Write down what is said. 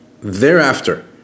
thereafter